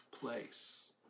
place